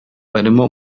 barimo